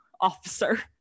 officer